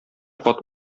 кат